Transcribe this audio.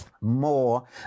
more